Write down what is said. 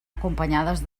acompanyades